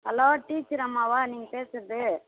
hello teacher அம்மாவா நீங்கள் பேசுகிறது